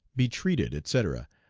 be treated, etc,